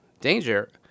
danger